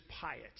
piety